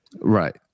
Right